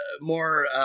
more